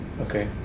okay